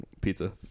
Pizza